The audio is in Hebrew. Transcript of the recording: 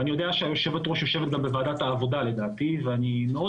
ולדעתי יושבת-הראש יושבת גם בוועדת העבודה ואני מאוד